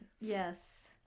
Yes